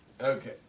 Okay